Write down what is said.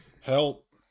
help